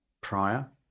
prior